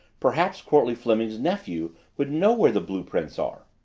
perhaps courtleigh fleming's nephew would know where the blue-prints are!